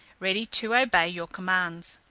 ready to obey your commands.